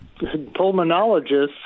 pulmonologists